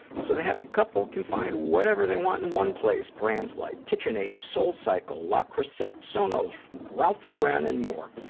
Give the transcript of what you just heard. so the happy couple can find whatever they want in one place, brands like kitchenaid, soulcycle, le creuset, sonos, ralph lauren and more.